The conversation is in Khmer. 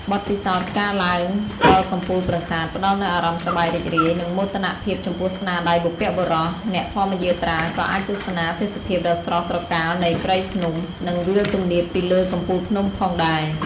បទពិសោធន៍ការឡើងដល់កំពូលប្រាសាទ ផ្តល់នូវអារម្មណ៍សប្បាយរីករាយ និងមោទនភាពចំពោះស្នាដៃបុព្វបុរស អ្នកធម្មយាត្រាក៏អាចទស្សនាទេសភាពដ៏ស្រស់ត្រកាលនៃព្រៃភ្នំ និងវាលទំនាបពីលើកំពូលភ្នំផងដែរ។